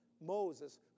Moses